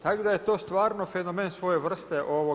Tako da je to stvarno fenomen svoje vrste.